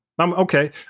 Okay